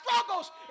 struggles